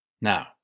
Now